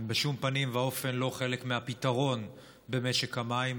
הם בשום פנים ואופן לא חלק מהפתרון במשק המים.